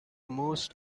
most